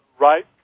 right